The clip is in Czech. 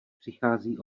přichází